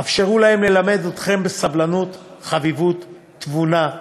אפשרו להם ללמד אתכם סבלנות, חביבות, תבונה.